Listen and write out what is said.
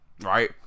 right